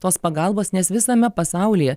tos pagalbos nes visame pasaulyje